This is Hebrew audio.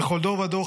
// בכל דור ודור,